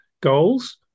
goals